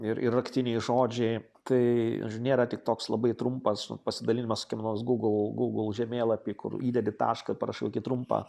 ir ir raktiniai žodžiai tai nėra tik toks labai trumpas nu pasidalinimas kokiam nors google google žemėlapy kur įdedi tašką parašai kokį trumpą